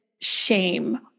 shame